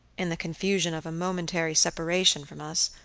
in the confusion of a momentary separation from us,